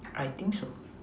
I think so